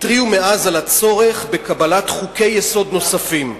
על הצורך בקבלת חוקי-יסוד נוספים,